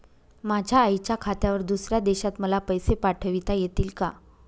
माझ्या आईच्या खात्यावर दुसऱ्या देशात मला पैसे पाठविता येतील का?